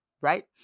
right